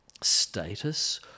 status